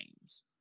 games